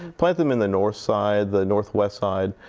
plant them in the north side, the northwest side,